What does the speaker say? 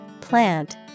plant